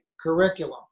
curriculum